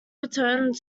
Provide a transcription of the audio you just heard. returned